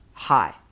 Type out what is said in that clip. Hi